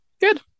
Good